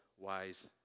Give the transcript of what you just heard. wise